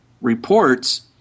reports